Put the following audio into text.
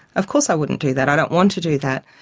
of course i wouldn't do that, i don't want to do that.